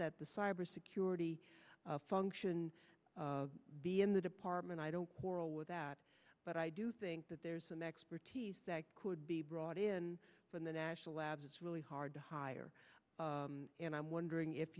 that the cybersecurity function be in the department i don't quarrel with that but i do think that there's some expertise that could be brought in from the national labs it's really hard to hire and i'm wondering if